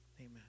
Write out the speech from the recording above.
Amen